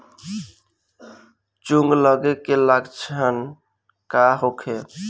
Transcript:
जूं लगे के का लक्षण का होखे?